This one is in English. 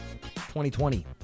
2020